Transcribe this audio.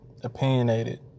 opinionated